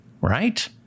Right